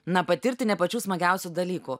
na patirti ne pačių smagiausių dalykų